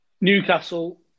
Newcastle